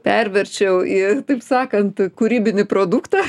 perverčiau į taip sakant kūrybinį produktą